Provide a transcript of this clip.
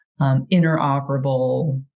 interoperable